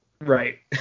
right